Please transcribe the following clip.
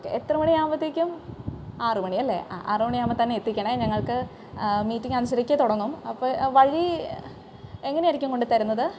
എത്ര മണിയാകുമ്പോഴത്തേക്കും ആറ് മണിയല്ലേ ആ ആറ് മണിയാകുമ്പം തന്നെ എത്തിക്കണേ ഞങ്ങൾക്ക് മീറ്റിങ്ങ് അഞ്ചരക്ക് തുടങ്ങും അപ്പം വഴി എങ്ങനെ ആയിരിക്കും കൊണ്ടുത്തരുന്നത്